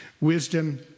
Wisdom